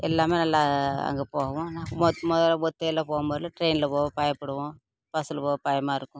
எல்லாம் நல்லா அங்கே போவோம் முதன் முதல்ல ஒத்தையில் போகும் போதுலாம் ட்ரைனில் போக பயப்படுவோம் பஸ்ஸுல் போக பயமாக இருக்கும்